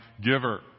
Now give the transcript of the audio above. giver